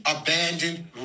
abandoned